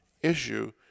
issue